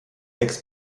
sechs